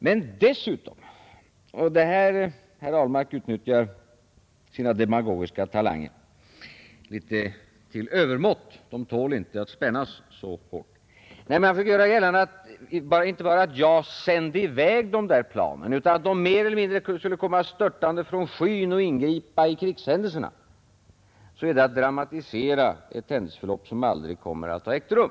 Men dessutom — och det är här herr Ahlmark utnyttjar sina demagogiska talanger litet till övermått — de tål inte att spännas så hårt — när man gjorde gällande inte bara att jag sände i väg dessa plan utan att de mer eller mindre skulle komma störtande från skyn och ingripa i krigshändelserna, så är det att dramatisera ett händelseförlopp som aldrig kommer att ha ägt rum.